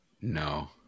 No